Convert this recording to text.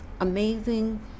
amazing